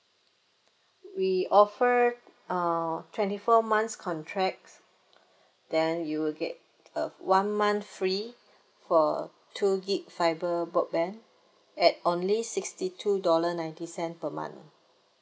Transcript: we offer uh twenty four months contract then you will get a one month free for two gig fiber broadband at only sixty two dollar ninety cent per month